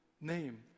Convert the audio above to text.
name